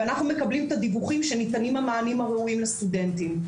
ואנחנו מקבלים את הדיווחים שניתנים המענים הראויים לסטודנטים.